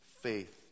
faith